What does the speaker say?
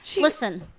listen